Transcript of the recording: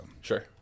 Sure